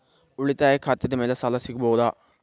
ಉಳಿತಾಯ ಖಾತೆದ ಮ್ಯಾಲೆ ಸಾಲ ಸಿಗಬಹುದಾ?